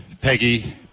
Peggy